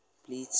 please